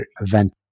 event